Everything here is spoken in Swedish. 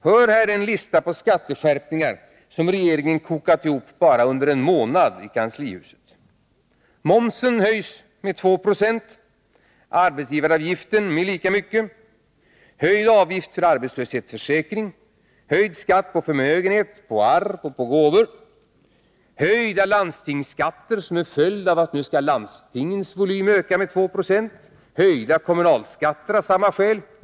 Hör här en lista på skatteskärpningar som regeringen kokat ihop bara under en månad i kanslihuset: Momsen höjs med 2 96, arbetsgivaravgiften med lika mycket, höjd avgift på arbetslöshetsförsäkring, höjd skatt på förmögenhet, på arv och gåvor, höjda landstingsskatter som en följd av att landstingens volym nu skall öka med 2 76, höjda kommunala skatter av samma skäl.